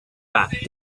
back